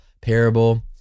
parable